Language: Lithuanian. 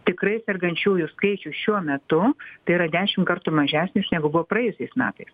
tikrai sergančiųjų skaičius šiuo metu tai yra dešim kartų mažesnis negu buvo praėjusiais metais